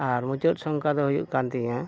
ᱟᱨ ᱢᱩᱪᱟᱹᱫ ᱥᱚᱝᱠᱷᱟ ᱫᱚ ᱦᱩᱭᱩᱜ ᱠᱟᱱ ᱛᱤᱧᱟᱹ